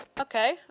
Okay